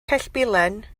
cellbilen